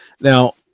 Now